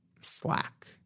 slack